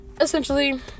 essentially